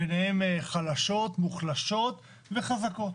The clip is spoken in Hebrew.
ביניהן חלשות מוחלשות וחזקות.